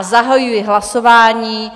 Zahajuji hlasování.